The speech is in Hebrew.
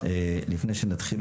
לפני שנתחיל,